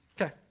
Okay